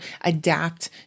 adapt